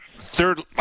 third